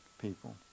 people